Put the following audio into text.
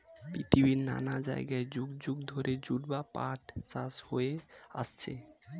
পৃথিবীর নানা জায়গায় যুগ যুগ ধরে জুট বা পাট চাষ হয়ে আসছে